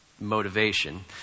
motivation